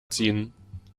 ziehen